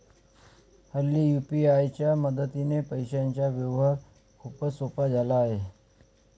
हल्ली यू.पी.आय च्या मदतीने पैशांचा व्यवहार खूपच सोपा झाला आहे